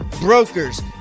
brokers